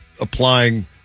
applying